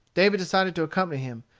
david decided to accompany him,